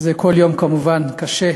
זה כל יום, כמובן, קשה.